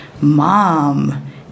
mom